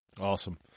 Awesome